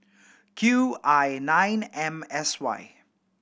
Q I nine M S Y